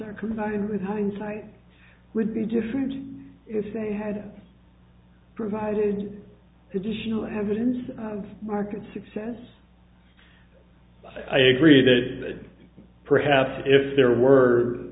are combined with hindsight would be different if they had provided additional evidence of market success i agree that perhaps if there w